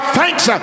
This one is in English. thanks